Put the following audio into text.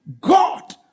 God